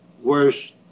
worse